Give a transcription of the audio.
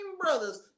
brothers